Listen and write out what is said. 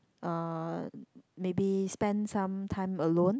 uh maybe spend some time alone